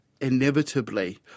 inevitably